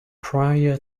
prior